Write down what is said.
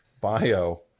bio